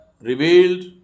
revealed